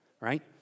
right